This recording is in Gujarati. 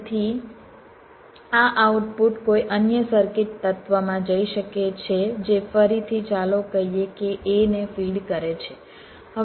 તેથી આ આઉટપુટ કોઈ અન્ય સર્કિટ તત્વમાં જઈ શકે છે જે ફરીથી ચાલો કહીએ કે A ને ફીડ કરે છે